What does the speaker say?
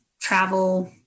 travel